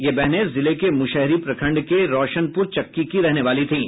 ये बहने जिले के मुशहरी प्रखंड के रौशनपुर चक्की की रहने वाली थीं